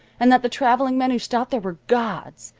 and that the traveling men who stopped there were gods,